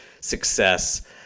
success